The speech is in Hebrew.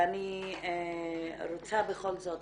ואני רוצה בכל זאת,